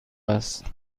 است